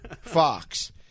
fox